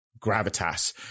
gravitas